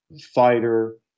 fighter